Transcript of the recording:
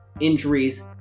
injuries